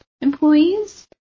employees